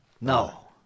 No